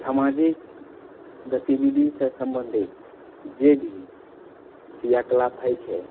सामाजिक गतिविधिसे सम्बन्धित जेभी क्रियाकलाप होइत छै